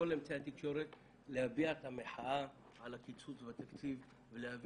לכל אמצעי התקשורת להביע את המחאה על הקיצוץ בתקציב ולהביא